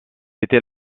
était